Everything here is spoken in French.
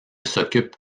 s’occupe